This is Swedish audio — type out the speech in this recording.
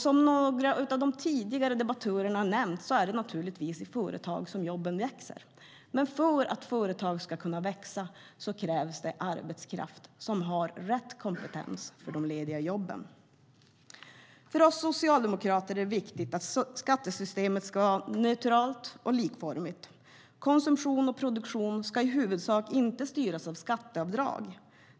Som några av de tidigare debattörerna har nämnt är det naturligtvis i företag som jobben växer. Men för att företag ska kunna växa krävs det arbetskraft som har rätt kompetens för de lediga jobben. För oss socialdemokrater är det viktigt att skattesystemet är neutralt och likformigt. Konsumtion och produktion ska i huvudsak inte styras av skatteavdrag.